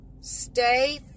stay